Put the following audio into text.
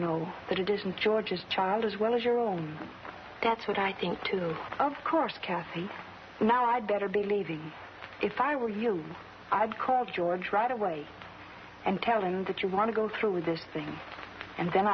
know that edition george's child as well as your own that's what i think too of course kathy now i'd better believe you if i were you i'd call george right away and tell him that you want to go through with this thing and then